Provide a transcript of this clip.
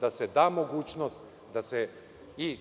da se da mogućnost, da se i